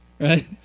right